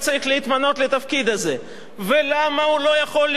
ולמה הוא לא יכול לתרום שום דבר מהתפקיד הזה,